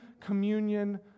communion